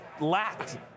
lacked